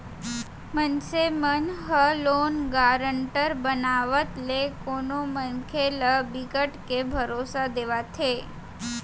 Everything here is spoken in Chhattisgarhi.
मनसे मन ह लोन गारंटर बनावत ले कोनो मनखे ल बिकट के भरोसा देवाथे